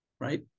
right